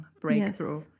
breakthrough